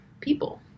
people